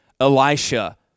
Elisha